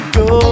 go